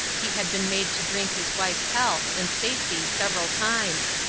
he had been made to drink his wife's health and safety several times,